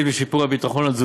בסדר.